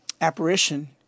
Apparition